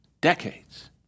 decades